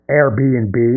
Airbnb